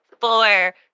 four